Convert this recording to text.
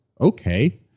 okay